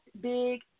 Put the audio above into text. big